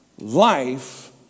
life